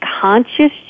conscious